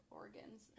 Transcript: organs